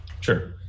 Sure